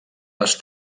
les